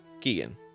Keegan